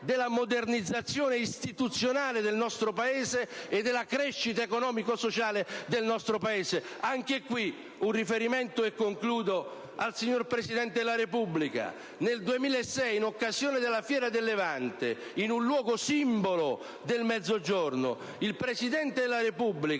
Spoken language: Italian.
della modernizzazione istituzionale e della crescita economico-sociale del nostro Paese. Anche in questo caso, vorrei fare un riferimento, e poi concludo, al signor Presidente della Repubblica. Nel 2006, in occasione della Fiera del Levante, in un luogo simbolo del Mezzogiorno, il Presidente della Repubblica